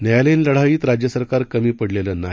न्यायालयीन लढाईत राज्य सरकार कमी पडलेलं नाही